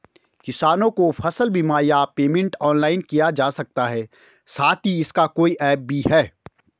किसानों को फसल बीमा या पेमेंट ऑनलाइन किया जा सकता है साथ ही इसका कोई ऐप भी है?